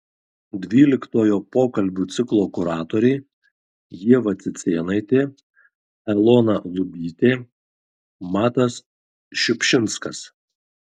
dvyliktojo pokalbių ciklo kuratoriai ieva cicėnaitė elona lubytė matas šiupšinskas